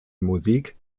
musik